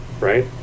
right